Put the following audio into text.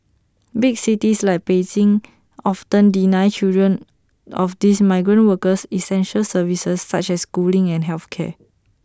big cities like Beijing often deny children of these migrant workers essential services such as schooling and health care